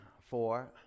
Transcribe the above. four